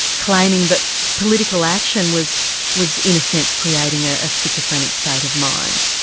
claiming that political action was was in a sense creating ah a schizophrenic state of mind.